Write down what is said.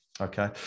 okay